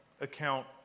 account